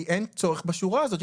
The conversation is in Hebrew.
כי אין צורך בשורה הזאת.